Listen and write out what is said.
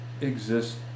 exist